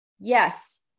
Yes